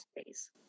space